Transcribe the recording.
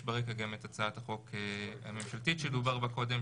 ברקע גם את הצעת החוק הממשלתית שדובר בה קודם,